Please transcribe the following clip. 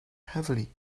heavily